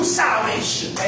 salvation